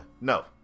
No